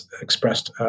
expressed